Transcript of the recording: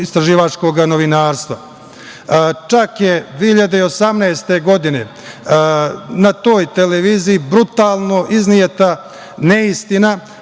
istraživačkog novinarstva. Čak je 2018. godine na toj televiziji brutalno izneta neistina